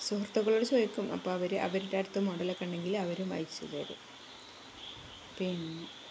സുഹൃത്തക്കളോടു ചോദിക്കും അപ്പോള് അവര് അവരുടെ അടുത്ത് മോഡലൊക്കെ ഉണ്ടെങ്കില് അവരും അയച്ചുതരും പിന്നെ